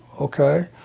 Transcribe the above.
okay